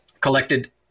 collected